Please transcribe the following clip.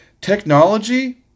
technology